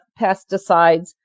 pesticides